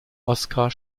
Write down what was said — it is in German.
oskar